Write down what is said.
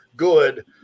good